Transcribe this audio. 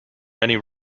many